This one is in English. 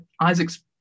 Isaac's